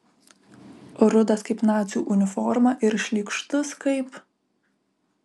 rudas kaip nacių uniforma ir šlykštus kaip